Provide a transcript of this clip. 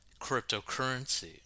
cryptocurrency